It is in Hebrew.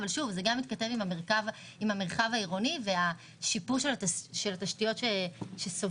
אבל זה גם מתכתב גם עם המרחב העירוני ושיפור התשתיות שסובבות.